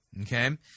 okay